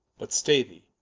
but stay thee,